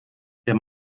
der